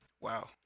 Wow